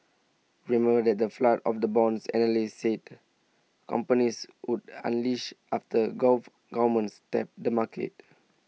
remember that the flood of the bonds analysts said companies would unleash after gulf governments tapped the market